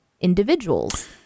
individuals